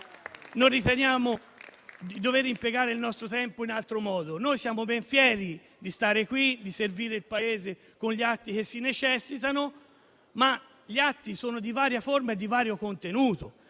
noi riteniamo di dover impiegare il nostro tempo in altro modo. Noi siamo ben fieri di stare qui e di servire il Paese con gli atti che si necessitano, ma gli atti sono di varia forma e di vario contenuto